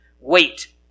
Wait